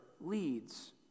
leads